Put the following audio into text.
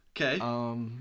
Okay